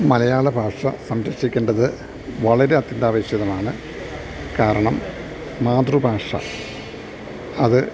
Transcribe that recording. മലയാള ഭാഷ സംരക്ഷിക്കണ്ടതു വളരെ അത്യന്താപേക്ഷിതമാണ് കാരണം മാതൃഭാഷ അത്